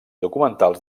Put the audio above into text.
documentals